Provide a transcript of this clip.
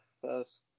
first